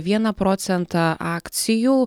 vieną procentą akcijų